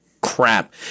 crap